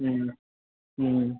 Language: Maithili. हूँ हूँ